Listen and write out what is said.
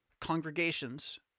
congregations